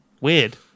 Weird